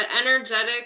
energetic